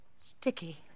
Sticky